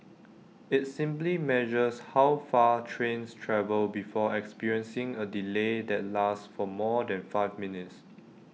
IT simply measures how far trains travel before experiencing A delay that lasts for more than five minutes